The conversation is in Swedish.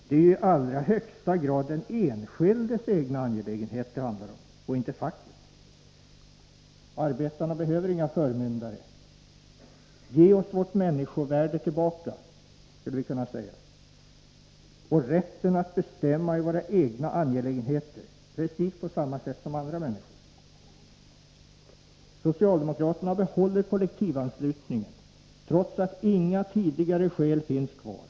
Det är i allra högsta grad den enskildes egen angelägenhet, inte fackets. Arbetarna behöver inga förmyndare. Ge oss vårt människovärde tillbaka, skulle vi kunna säga. Återge oss rätten att bestämma i våra egna angelägenheter precis som andra människor. Socialdemokraterna behåller kollektivanslutningen, trots att inga tidigare giltiga skäl kvarstår.